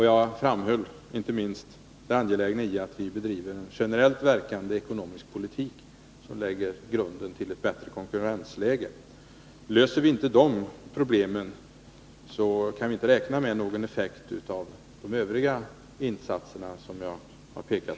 Jag framhöll inte minst det angelägna i att vi bedriver en generellt verkande ekonomisk politik som lägger grunden till ett bättre konkurrensläge. Löser vi inte de problemen kan vi inte räkna med någon effekt av de övriga insatser som jag har pekat